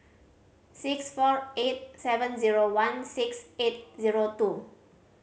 six four eight seven zero one six eight zero two